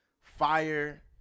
fire